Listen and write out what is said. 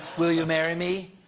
will you marry me?